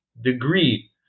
degree